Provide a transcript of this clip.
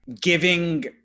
giving